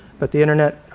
but the internet.